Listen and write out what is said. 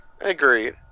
Agreed